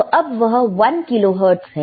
तो अब वह 1 किलोहर्टज है